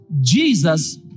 Jesus